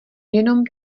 jenom